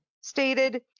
stated